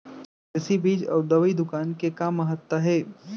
कृषि बीज अउ दवई दुकान के का महत्ता हे?